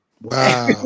Wow